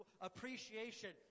Appreciation